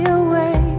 away